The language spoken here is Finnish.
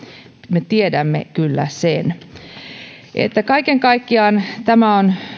me tiedämme kyllä sen kaiken kaikkiaan tämä on